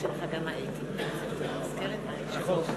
(חותם על ההצהרה) אני מתכבד להזמין את חבר הכנסת